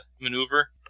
maneuver